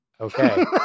okay